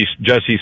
Jesse